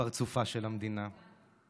" פרצופה של המדינה.